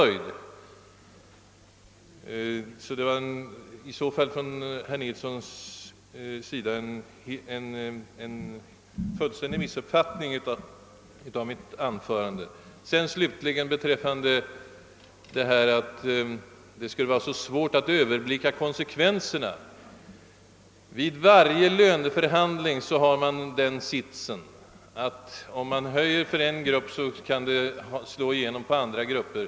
Herr Nilsson i Kristianstad har sålunda fullständigt missuppfattat mitt anförande. Vad slutligen gäller påståendet att det skulle vara svårt att överblicka konsekvenserna av höjda instruktörsbidrag i detta sammanhang vill jag framhålla att man vid varje även rätt enkel löneförhandling får räkna med att om man höjer lönen för en grupp, kan det få konsekvenser för andra grupper.